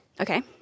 Okay